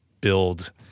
build